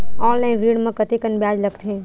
Online ऋण म कतेकन ब्याज लगथे?